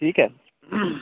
ठीक ऐ